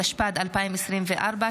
התשפ"ד 2024,